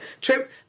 trips